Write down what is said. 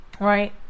right